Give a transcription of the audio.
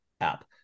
app